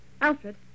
Alfred